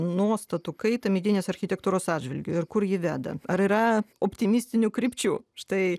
nuostatų kaitą medinės architektūros atžvilgiu ir kur ji veda ar yra optimistinių krypčių štai